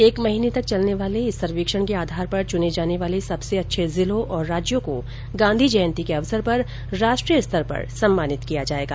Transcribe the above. एक महीने तक चलने वाले इस सर्वेक्षण के आधार पर चुने जाने वाले सबसे अच्छे जिलों और राज्यों को गांधी जयंती के अवसर पर राष्ट्रीय स्तर पर सम्मानित किया जायेगा